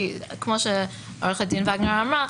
כי כמו שעו"ד וגנר אמרה,